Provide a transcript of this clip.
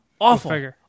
Awful